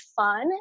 fun